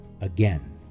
again